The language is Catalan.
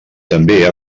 també